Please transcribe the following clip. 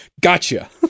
gotcha